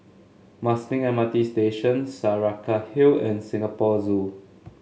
Marsiling M R T Station Saraca Hill and Singapore Zoo